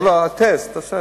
לא, תשאל